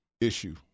issue